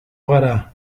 gara